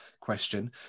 question